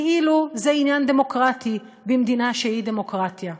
כאילו זה עניין דמוקרטי במדינה שהיא דמוקרטיה.